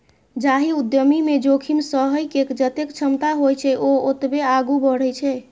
जाहि उद्यमी मे जोखिम सहै के जतेक क्षमता होइ छै, ओ ओतबे आगू बढ़ै छै